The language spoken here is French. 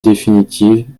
définitive